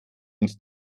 uns